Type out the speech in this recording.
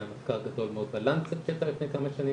היה מחקר גדול מאוד בלנסט שיצא לפני כמה שנים